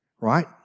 right